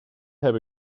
heb